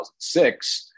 2006